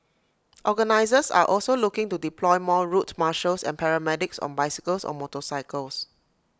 organisers are also looking to deploy more route marshals and paramedics on bicycles or motorbikes